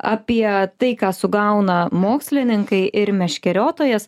apie tai ką sugauna mokslininkai ir meškeriotojas